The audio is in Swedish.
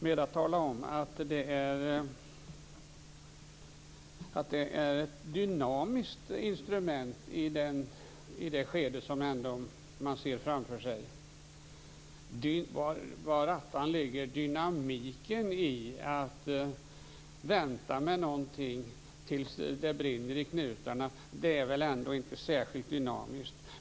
Han talade nu om att den är ett dynamiskt instrument i det skede som man ser framför sig. Var attan ligger dynamiken i att vänta med någonting till dess att det brinner i knutarna? Det är väl ändå inte särskilt dynamiskt.